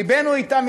לבנו אתם,